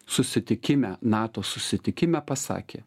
susitikime nato susitikime pasakė